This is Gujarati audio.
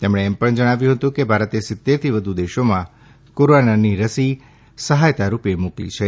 તેમણે એમ પણ જણાવ્યું કે ભારતે સિત્તેર થી વધુ દેશોમાં કોરોનાની રસી સહાયતારૂપે મોકલી છે